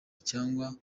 cyangwa